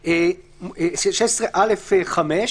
16(א)(5)